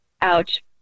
ouch